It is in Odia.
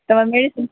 ତୁମ ମେଡିସିନ